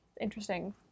interesting